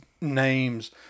names